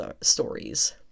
stories